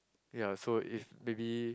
ya so if maybe